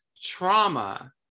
trauma